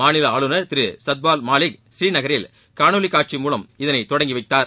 மாநில ஆளுநர் திரு சத்பால் மாலிக் ஸ்ரீநகரில் காணொலிக்காட்சி மூலம் இதனை தொடங்கி வைக்கிறார்